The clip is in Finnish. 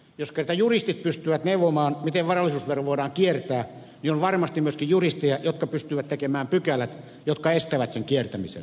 jos kerta juristit pystyvät neuvomaan miten varallisuusvero voidaan kiertää niin on varmasti myöskin juristeja jotka pystyvät tekemään pykälät jotka estävät sen kiertämisen